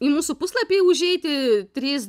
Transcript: į mūsų puslapį užeiti trys